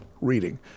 reading